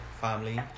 family